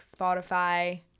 Spotify